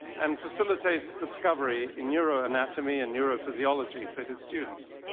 and facilitates discovery in neuroanatomy and neurophysiology for his students.